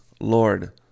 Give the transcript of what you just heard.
Lord